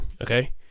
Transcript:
Okay